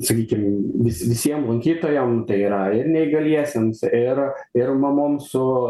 sakykim vis visiem lankytojam tai yra ir neįgaliesiems ir ir mamoms su